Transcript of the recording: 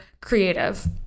creative